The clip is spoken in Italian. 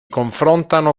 confrontano